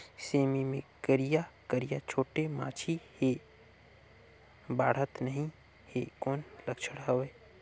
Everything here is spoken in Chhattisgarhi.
सेमी मे करिया करिया छोटे माछी हे बाढ़त नहीं हे कौन लक्षण हवय?